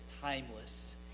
timeless